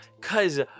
Cause